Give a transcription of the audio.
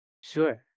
Sure